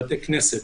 בבתי כנסת,